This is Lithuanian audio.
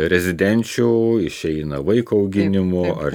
rezidenčių išeina vaiko auginimo ar